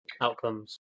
outcomes